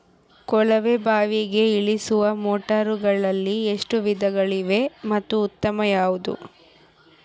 ಕೊಳವೆ ಬಾವಿಗೆ ಇಳಿಸುವ ಮೋಟಾರುಗಳಲ್ಲಿ ಎಷ್ಟು ವಿಧಗಳಿವೆ ಮತ್ತು ಉತ್ತಮ ಯಾವುದು?